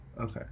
Okay